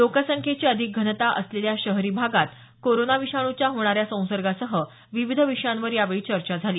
लोकसंख्येची अधिक घनता असलेल्या शहरी भागात कोरोना विषाणूच्या होणाऱ्या संसर्गासह विविध विषयांवर चर्चा झाली